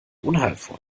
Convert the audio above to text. unheilvoll